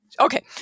Okay